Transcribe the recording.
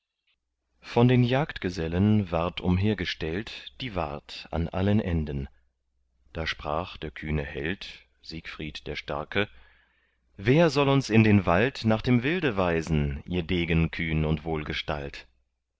von den jagdgesellen ward umhergestellt die wart an allen enden da sprach der kühne held siegfried der starke wer soll uns in den wald nach dem wilde weisen ihr degen kühn und